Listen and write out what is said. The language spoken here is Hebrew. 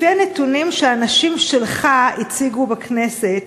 לפי הנתונים שאנשים שלך הציגו בכנסת,